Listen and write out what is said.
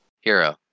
Hero